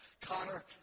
Connor